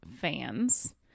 fans